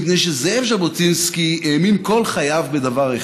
מפני שזאב ז'בוטינסקי האמין כל חייו בדבר אחד: